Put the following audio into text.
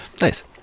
Nice